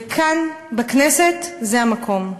וכאן, בכנסת, זה המקום.